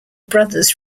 brothers